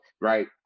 right